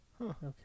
Okay